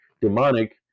demonic